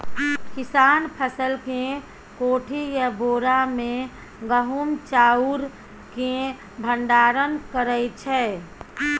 किसान फसल केँ कोठी या बोरा मे गहुम चाउर केँ भंडारण करै छै